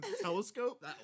Telescope